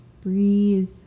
breathe